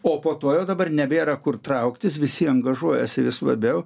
o po to jau dabar nebėra kur trauktis visi angažuojasi vis labiau